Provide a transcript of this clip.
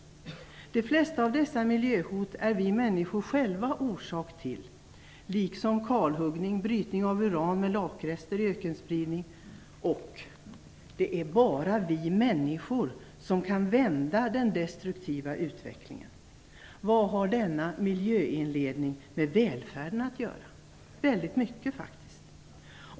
De flesta av dessa miljöhot är vi människor själva orsak till, liksom kalhuggning, brytning av uran med lakrester och ökenspridning, och det är bara vi människor som kan vända den destruktiva utvecklingen. Vad har denna miljöinledning med välfärden att göra? Väldigt mycket faktiskt!